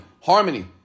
Harmony